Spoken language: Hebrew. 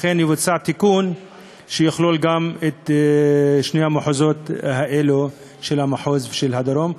אכן יבוצע תיקון שיכלול גם את שני המחוזות האלה של הצפון ושל הדרום.